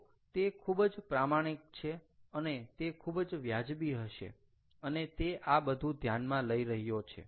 તો તે ખૂબ જ પ્રામાણિક છે અને તે ખૂબ જ વ્યાજબી હશે અને તે આ બધું ધ્યાનમાં લઇ રહ્યો છે